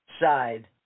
side